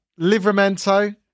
Livramento